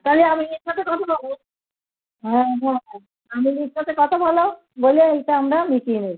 তাহলে আমিনের সাথে কথা কবো হ্যাঁ হ্যাঁ আমিনের সাথে কথা বলো বলে এইটা আমরা মিটিয়ে নিই